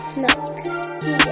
Smoke